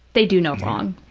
they do no wrong,